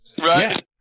Right